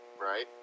Right